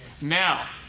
now